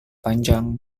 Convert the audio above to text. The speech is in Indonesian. panjang